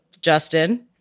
Justin